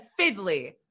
fiddly